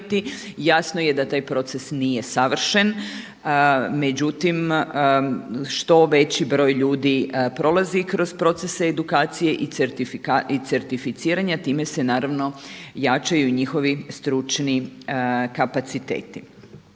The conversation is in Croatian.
Jasno je da taj proces nije savršen. Međutim, što veći broj ljudi prolazi kroz procese edukacije i certificiranja time se naravno jačaju njihovi stručni kapaciteti.